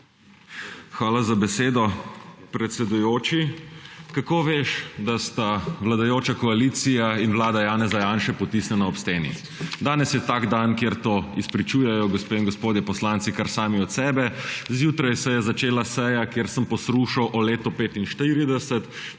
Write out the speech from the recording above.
Hvala za besedo, predsedujoči. Kako veš, da ste vladajoča koalicija in vlada Janeza Janše potisnjena ob steni? Danes je tak dan, kjer to izpričujejo gospe in gospodje poslanci kar sami od sebe. Zjutraj se je začela seja, kjer sem poslušal o letu 45